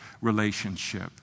relationship